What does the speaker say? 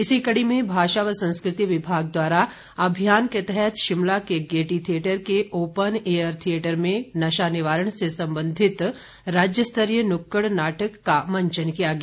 इसी कड़ी में भाषा व संस्कृति विभाग द्वारा अभियान के तहत कल शिमला के गेयटी थिएटर के ओपन एयर थिएटर में नशा निवारण से सम्बंधित राज्यस्तरीय न्क्कड़ नाटक का मंचन किया गया